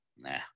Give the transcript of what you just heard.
Nah